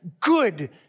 good